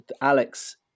Alex